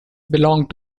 belong